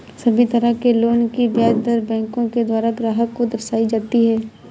सभी तरह के लोन की ब्याज दर बैंकों के द्वारा ग्राहक को दर्शाई जाती हैं